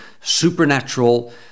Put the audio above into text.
supernatural